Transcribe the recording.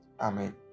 Amen